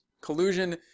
collusion